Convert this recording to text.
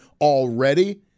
already